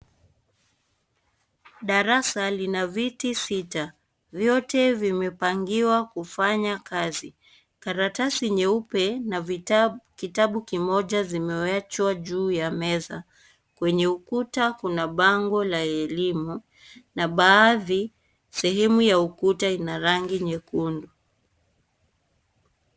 Darasa lina viti sita. Vyote vimepangiwa kufanya kazi. Karatasi nyeupe na kitabu kimoja, zimeachwa juu ya meza. Kwenye ukuta, kuna bango la elimu na baadhi, sehemu ya ukuta ina rangi nyekundu.